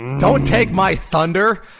don't take my thunder,